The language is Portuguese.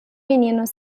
menino